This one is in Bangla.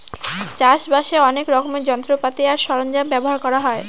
চাষ বাসে অনেক রকমের যন্ত্রপাতি আর সরঞ্জাম ব্যবহার করা হয়